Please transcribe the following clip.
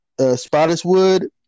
Spottiswood